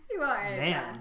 man